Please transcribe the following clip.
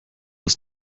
aus